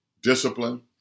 discipline